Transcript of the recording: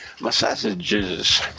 massages